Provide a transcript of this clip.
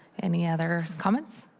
any other comments.